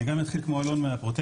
אני גם אתחיל כמו אלון מהפרוטקשן,